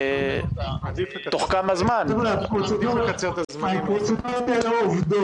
יכול להיות שזה פתרון ביניים סביר.